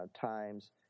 times